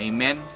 Amen